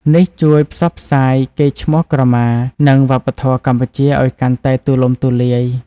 នេះជួយផ្សព្វផ្សាយកេរ្តិ៍ឈ្មោះក្រមា និងវប្បធម៌កម្ពុជាឲ្យកាន់តែទូលំទូលាយ។